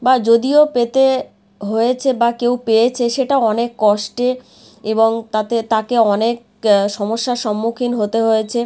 বা যদিও পেতে হয়েছে বা কেউ পেয়েছে সেটা অনেক কষ্টে এবং তাতে তাকে অনেক সমস্যার সম্মুখীন হতে হয়েছে